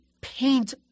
paint